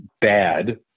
bad